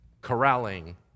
corralling